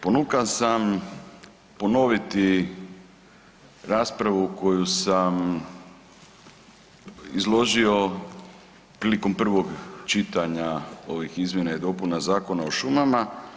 Ponukan sam ponoviti raspravu koju sam izložio prilikom prvog čitanja ovih izmjena i dopuna Zakona o šumama.